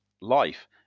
life